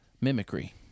mimicry